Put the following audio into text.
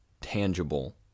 tangible